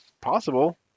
possible